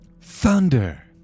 Thunder